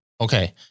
Okay